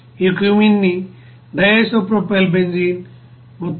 ఈ క్యూమీ న్డి isopropyl benzene మొత్తం